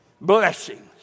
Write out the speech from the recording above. Blessings